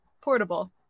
portable